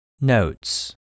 Notes